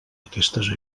aquestes